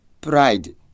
pride